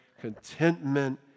contentment